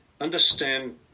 understand